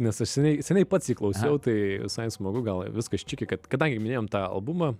nes aš seniai seniai pats jį klausiau tai visai smagu gal viskas čiki kad kadangi minėjom tą albumą